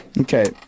Okay